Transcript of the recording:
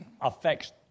affects